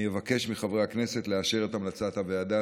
אני אבקש מחברי הכנסת לאשר את המלצת הוועדה.